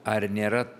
ar nėra